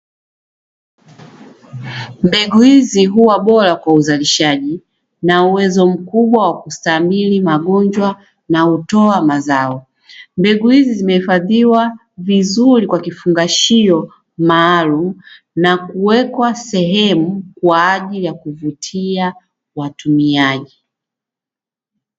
Mbegu hizi huwa bora kwa uzalishaji na uwezo mkubwa wa kustahimili magonjwa na hutoa mazao. Mbegu hizi zimehifadhiwa vizuri kwa kifungashio maalumu na kuwekwa sehemu kwa ajili ya kuvutia watumiaji.